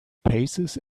paces